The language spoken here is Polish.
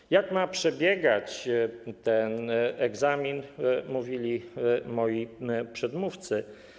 O tym, jak ma przebiegać ten egzamin, mówili moi przedmówcy.